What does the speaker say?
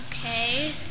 Okay